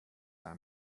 are